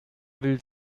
will